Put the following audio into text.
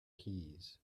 keys